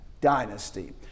dynasty